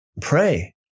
Pray